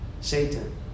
Satan